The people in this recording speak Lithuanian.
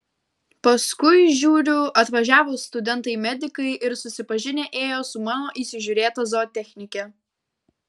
paskui žiūriu atvažiavo studentai medikai ir susipažinę ėjo su mano įsižiūrėta zootechnike